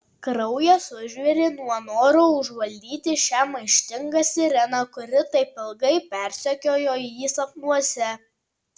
kraujas užvirė nuo noro užvaldyti šią maištingą sireną kuri taip ilgai persekiojo jį sapnuose